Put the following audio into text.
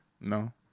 no